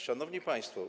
Szanowni Państwo!